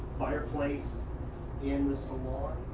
fireplace in the salon.